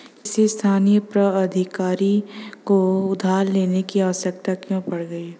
किसी स्थानीय प्राधिकारी को उधार लेने की आवश्यकता क्यों पड़ गई?